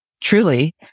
truly